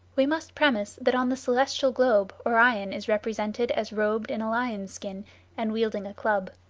we must premise that on the celestial globe orion is represented as robed in a lion's skin and wielding a club.